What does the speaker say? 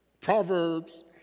Proverbs